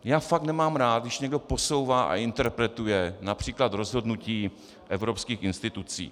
Já fakt nemám rád, když někdo posouvá a interpretuje např. rozhodnutí evropských institucí.